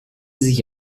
sich